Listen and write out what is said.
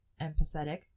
empathetic